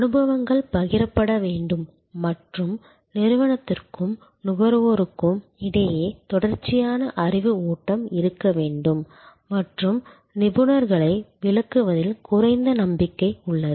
அனுபவங்கள் பகிரப்பட வேண்டும் மற்றும் நிறுவனத்திற்கும் நுகர்வோருக்கும் இடையே தொடர்ச்சியான அறிவு ஓட்டம் இருக்க வேண்டும் மற்றும் நிபுணர்களை விளக்குவதில் குறைந்த நம்பிக்கை உள்ளது